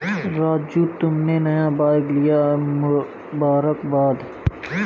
राजू तुमने नया बाइक लिया है मुबारकबाद